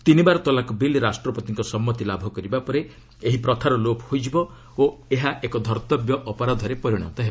ତିନିବାର ତଲାକ୍ ବିଲ୍ ରାଷ୍ଟ୍ରପତିଙ୍କ ସମ୍ମତି ଲାଭ କରିବା ପରେ ଏହି ପ୍ରଥାର ଲୋପ ହୋଇଯିବ ଓ ଏହା ଏକ ଧର୍ଭବ୍ୟ ଅପରାଧରେ ପରିଣତ ହେବ